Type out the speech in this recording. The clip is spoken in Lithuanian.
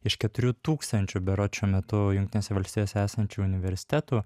iš keturių tūkstančių berods šiuo metu jungtinėse valstijose esančių universitetų